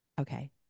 okay